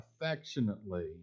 affectionately